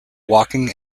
walking